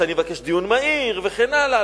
שאני מבקש דיון מהיר וכן הלאה,